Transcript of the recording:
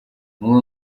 umwe